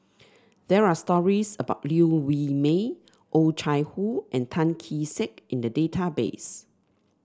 there are stories about Liew Wee Mee Oh Chai Hoo and Tan Kee Sek in the database